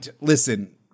listen